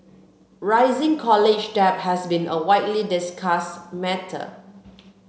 rising college debt has been a widely discussed matter